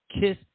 kiss